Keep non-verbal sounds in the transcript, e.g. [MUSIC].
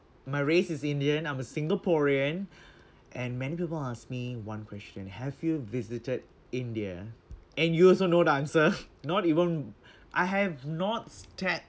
my race is indian I'm a singaporean [BREATH] and many people ask me one question have you visited india and you also know the answer [LAUGHS] not even I have not stepped